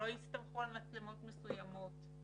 שלא יסתמכו על מצלמות מסוימת.